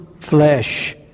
flesh